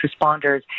responders